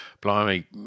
blimey